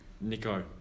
Nico